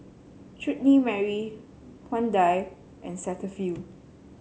Chutney Mary Hyundai and Cetaphil